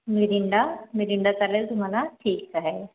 Mirinda Mirinda चालेल तुम्हाला ठीक आहे